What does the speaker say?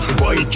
boy